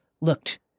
looked